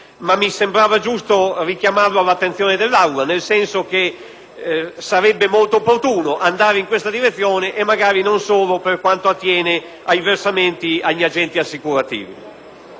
Mi sembrava giusto richiamarlo all'attenzione dell'Aula: sarebbe molto opportuno andare in questa direzione e non solo per quanto attiene ai versamenti agli agenti assicurativi.